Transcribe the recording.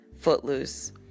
Footloose